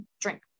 drink